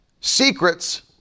Secrets